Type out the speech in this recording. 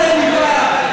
לימודי ליבה,